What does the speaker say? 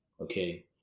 Okay